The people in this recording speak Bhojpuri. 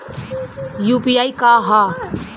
यू.पी.आई का ह?